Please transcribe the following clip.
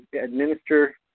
administer